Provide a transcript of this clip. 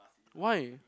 why